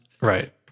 Right